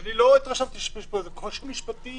שאני לא התרשמתי שיש פה איזה קושי משפטי